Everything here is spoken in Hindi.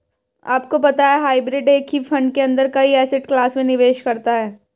आपको पता है हाइब्रिड एक ही फंड के अंदर कई एसेट क्लास में निवेश करता है?